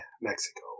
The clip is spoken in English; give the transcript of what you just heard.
Mexico